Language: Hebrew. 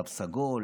תו סגול,